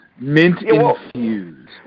Mint-infused